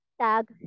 tag